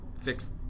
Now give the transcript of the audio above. fix